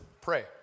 pray